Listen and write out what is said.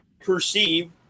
perceive